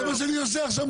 זה מה שאני עושה עכשיו.